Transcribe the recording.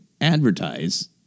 advertise